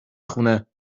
خونه